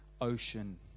Ocean